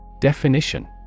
Definition